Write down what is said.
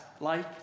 life